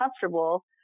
comfortable